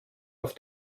auf